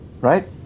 Right